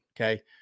Okay